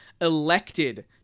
elected